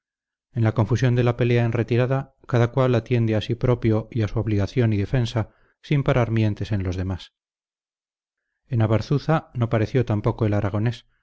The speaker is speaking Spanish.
en la confusión de la pelea en retirada cada cual atiende a sí propio y a su obligación y defensa sin parar mientes en los demás en abarzuza no pareció tampoco el aragonés